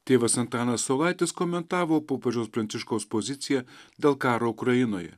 tėvas antanas saulaitis komentavo popiežiaus pranciškaus poziciją dėl karo ukrainoje